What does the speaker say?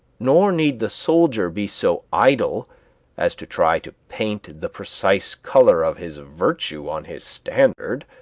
nor need the soldier be so idle as to try to paint the precise color of his virtue on his standard.